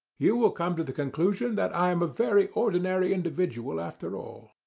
you will come to the conclusion that i am a very ordinary individual after all.